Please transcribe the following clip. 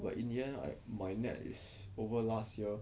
but in the end I my net is over last year